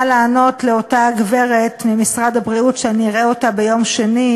מה לענות לאותה גברת ממשרד הבריאות כשאני אראה אותה ביום שני